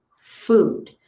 food